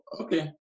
okay